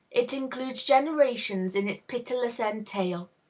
it includes generations in its pitiless entail.